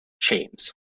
chains